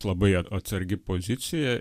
labai atsargi pozicija